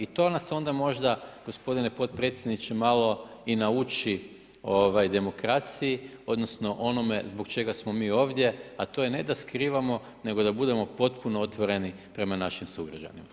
I to nas onda možda, gospodine podpredsjedniče, malo i nauči demokraciji, odnosno onome zbog čega smo mi ovdje, a to je ne da skrivamo, nego da budemo potpuno otvoreni prema našim sugrađanima.